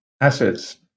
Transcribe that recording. assets